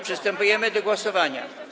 Przystępujemy do głosowania.